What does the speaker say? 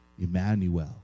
Emmanuel